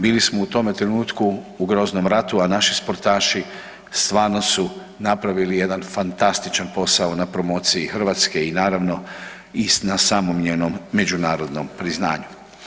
Bili smo u tome trenutku u groznom ratu, a naši sportaši stvarno su napravili jedan fantastičan posao na promociji Hrvatske i naravno i na samom njenom međunarodnom priznanju.